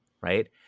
Right